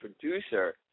producer